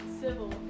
Civil